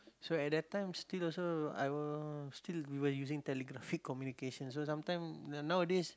so at that time still also I will still using telegraphic communication so sometime nowadays